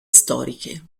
storiche